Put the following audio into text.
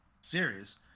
Series